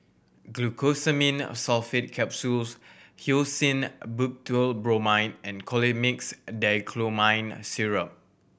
Glucosamine Sulfate Capsules Hyoscine Butylbromide and Colimix Dicyclomine Syrup